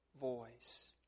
voice